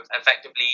effectively